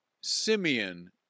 Simeon